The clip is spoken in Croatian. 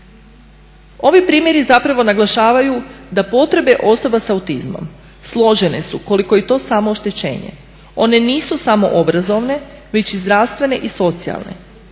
Ovi primjeri zapravo naglašavaju da potrebe osoba s autizmom složene su koliko i to samo oštećenje. One nisu samo obrazovne, već i zdravstvene i socijalne,